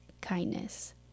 kindness